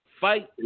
Fight